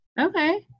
Okay